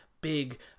big